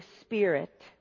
Spirit